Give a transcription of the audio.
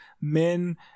men